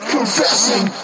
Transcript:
Confessing